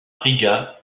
riga